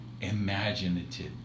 imaginative